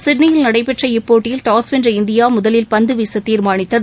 சிட்னியில் நடைபெற்ற இப்போட்டியில் டாஸ் வென்ற இந்தியா முதலில் பந்து வீச தீர்மானித்தது